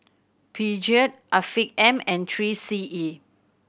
Peugeot Afiq M and Three C E